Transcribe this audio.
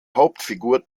hauptfigur